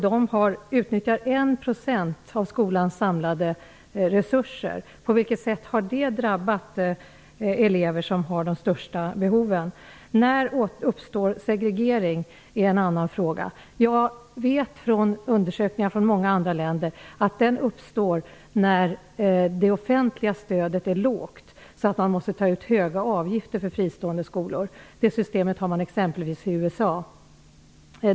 De utnyttjar 1 % av skolans samlade resurser. På vilket sätt har det drabbat elever som har de största behoven? När uppstår segregering? är en annan fråga. Jag vet från undersökningar i många andra länder att den uppstår när det offentliga stödet är lågt, så att man måste ta ut höga avgifter för fristående skolor. Det systemet har man exempelvis i USA.